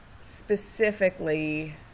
specifically